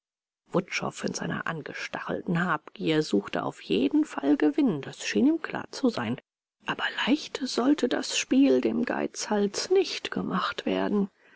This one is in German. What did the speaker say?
wutschow in seiner angestachelten habgier suchte auf jeden fall gewinn das schien ihm klar zu sein aber leicht sollte das spiel dem geizhals nicht gemacht werden